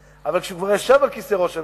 אבל כשהוא כבר ישב על כיסא ראש הממשלה,